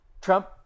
Trump